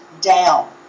down